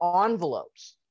envelopes